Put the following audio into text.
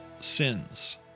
sins